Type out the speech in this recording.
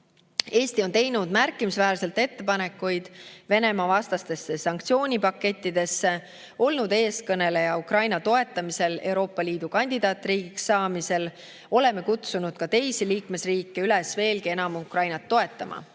Eesti on teinud märkimisväärselt ettepanekuid Venemaa-vastastesse sanktsioonipakettidesse ja olnud eestkõneleja Ukraina toetamisel Euroopa Liidu kandidaatriigiks saamisel. Oleme kutsunud ka teisi liikmesriike üles veelgi enam Ukrainat toetama.